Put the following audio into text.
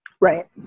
right